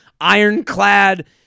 ironclad